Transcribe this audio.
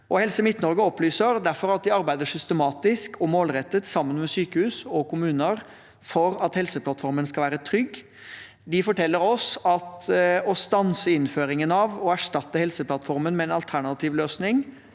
Helse Midt-Norge opplyser derfor at de arbeider systematisk og målrettet sammen med sykehus og kommuner for at Helseplattformen skal være trygg. De forteller oss at å stanse innføringen av og erstatte Helseplattformen med en alternativ løsning